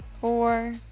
four